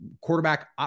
quarterback